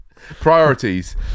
Priorities